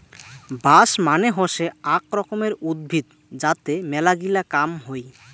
বাঁশ মানে হসে আক রকমের উদ্ভিদ যাতে মেলাগিলা কাম হই